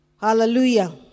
Hallelujah